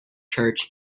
church